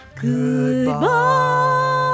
Goodbye